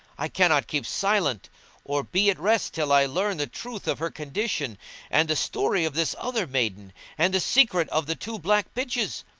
i cannot keep silence or be at rest till i learn the truth of her condition and the story of this other maiden and the secret of the two black bitches.